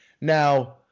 Now